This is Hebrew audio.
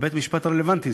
בית-המשפט הרלוונטי,